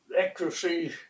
accuracy